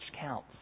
counts